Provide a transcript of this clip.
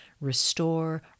restore